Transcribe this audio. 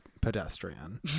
pedestrian